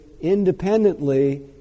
independently